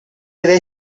deve